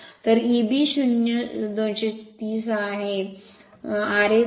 तर Eb 0 230 आहे ra 0